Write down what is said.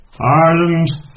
Ireland